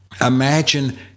imagine